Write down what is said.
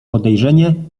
podejrzenie